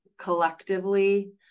collectively